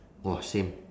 !wah! same